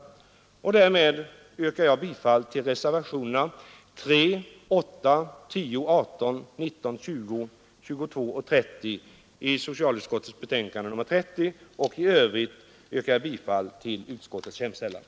Därmed yrkar jag, herr talman, bifall till reservationerna 3, 8, 10, 18, 19, 20, 22 och 30 i socialutskottets betänkande nr 30 och i övrigt till utskottets hemställan.